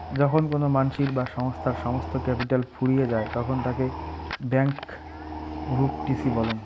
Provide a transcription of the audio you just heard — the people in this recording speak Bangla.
যখন কোনো মানসির বা সংস্থার সমস্ত ক্যাপিটাল ফুরিয়ে যায় তখন তাকে ব্যাংকরূপটিসি বলং